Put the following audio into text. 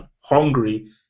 Hungary